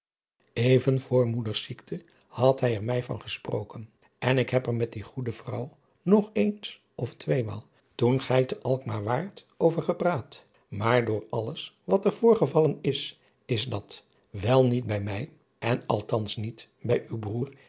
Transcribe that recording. even voor moeders ziekte had hij er mij van gesproken en ik heb er met die goede vrouw nog eens of tweemaal toen gij te alkmaar waart over gepraat maar door alles wat er voorgevallen is is dat wel niet bij mij en althans niet bij uw broêr